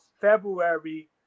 february